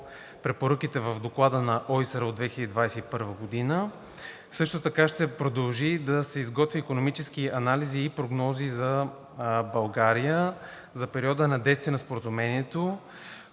препоръките в доклада на ОИСР от 2021 г. Също така ще продължи да изготвя икономически анализи и прогнози за България за периода на действие на Споразумението,